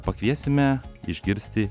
pakviesime išgirsti